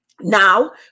now